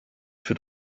führt